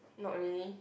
not really